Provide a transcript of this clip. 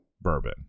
bourbon